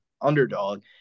underdog